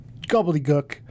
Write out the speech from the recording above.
gobbledygook